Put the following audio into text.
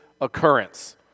occurrence